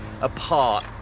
Apart